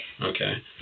Okay